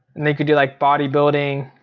and they could be like body building,